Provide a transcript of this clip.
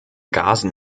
gasen